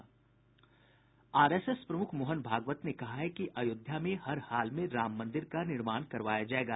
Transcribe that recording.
RSS प्रमुख मोहन भागवत ने कहा है कि अयोध्या में हर हाल में राम मंदिर का निर्माण करवाया जायेगा